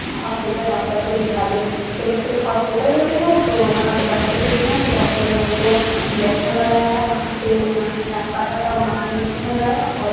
hospital doctor को दिखा दें तो फिर हॉस्पिटल ले कर गए तो वहाँ पर डॉक्टर को दिखाए तो फिर डॉक्टर ने उनको इंजेक्सन लगाया वहाँ पर जहाँ पर साँप काटा था वहाँ पर इंजेक्सन लगाया और